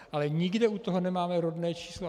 Ale nikde u toho nemáme rodné číslo.